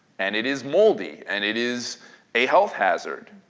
and it is moldy, and it is a health hazard.